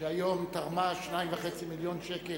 שהיום תרמה 2.5 מיליון שקל